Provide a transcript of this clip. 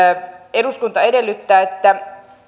eduskunta edellyttää että